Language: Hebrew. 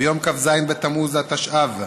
ביום כ"ז בתמוז התשע"ו,